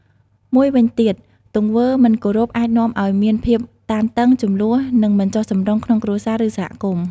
មួយវិញទៀត ទង្វើមិនគោរពអាចនាំឲ្យមានភាពតានតឹង ជម្លោះ និងមិនចុះសម្រុងក្នុងគ្រួសារ ឬសហគមន៍។